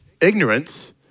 ignorance